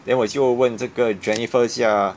then 我就问这个 jennifer 一下